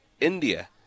India